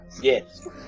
Yes